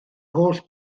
holl